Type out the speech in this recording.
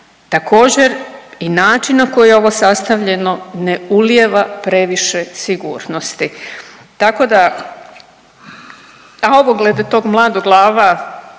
Također i način na koji je ovo sastavljeno ne ulijeva previše sigurnosti. Tako da, a ovo glede tog mladog lava,